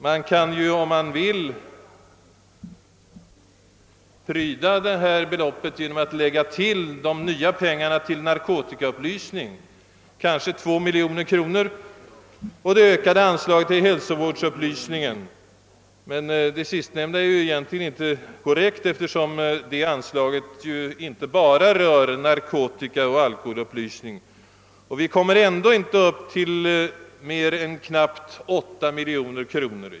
Man kan, om man vill, pryda upp detta belopp genom att lägga till de nya pengarna för narkotikaupplysning, alltså kanske 2 miljoner kronor, och det ökade anslaget till hälsovårdsupplysningen — egentligen är det dock inte korrekt att räkna med det sistnämnda anslaget, eftersom detta bara till en del gäller narkotikaoch alkohol upplysning. Man kommer med en sådan sammanläggning inte upp till mer än knappt 8 miljoner kronor.